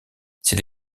c’est